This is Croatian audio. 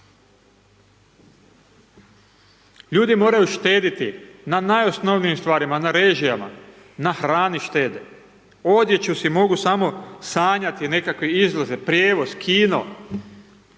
Ljudi moraju štedjeti na najosnovnijim stvarima, na režijama, na hrani štede, odjeću si mogu samo sanjati, nekakve izlaze, prijevoz, kino.